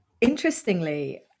interestingly